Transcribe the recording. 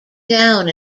down